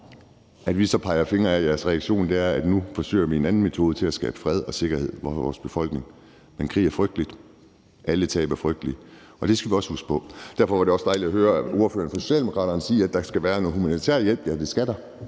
så peger vi fingre ad, at jeres reaktion er, at nu forsøger I en anden metode til at skabe fred og sikkerhed for jeres befolkning. Men krig er frygteligt. Alle tab er frygtelige. Og det skal vi også huske på. Derfor var det også dejligt at høre ordføreren fra Socialdemokraterne sige, at der skal være noget humanitær hjælp. Ja, det skal der.